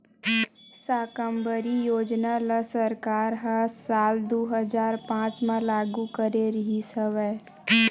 साकम्बरी योजना ल सरकार ह साल दू हजार पाँच म लागू करे रिहिस हवय